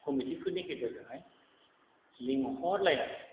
कमिटिफोरनि गेजेरजोंहाय लिंहरलायनानै